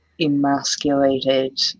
emasculated